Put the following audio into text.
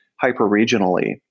hyper-regionally